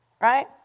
Right